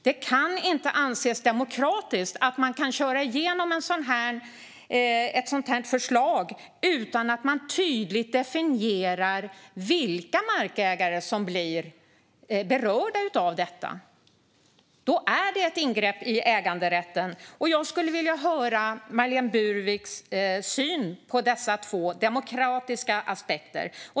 Det kan inte anses demokratiskt att man kan köra igenom ett sådant förslag utan att man tydligt definierar vilka markägare som blir berörda av det. Då är det ett ingrepp i äganderätten. Jag skulle vilja höra Marlene Burwicks syn på dessa två demokratiska aspekter.